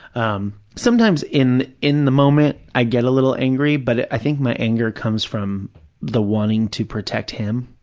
um sometimes in in the moment i get a little angry, but i think my anger comes from the wanting to protect him.